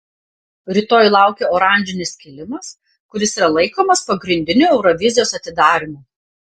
rytoj laukia oranžinis kilimas kuris yra laikomas pagrindiniu eurovizijos atidarymu